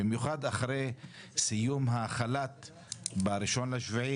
במיוחד אחרי סיום החל"ת ב-1.7,